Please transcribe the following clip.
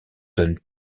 donne